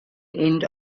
end